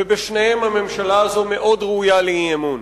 ובשניהם הממשלה הזאת מאוד ראויה לאי-אמון.